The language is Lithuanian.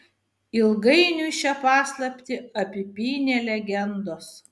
ilgainiui šią paslaptį apipynė legendos